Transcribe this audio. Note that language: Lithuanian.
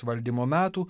valdymo metų